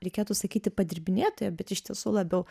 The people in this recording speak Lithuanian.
reikėtų sakyti padirbinėtojo bet iš tiesų labiau